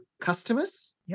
customers